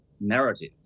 narrative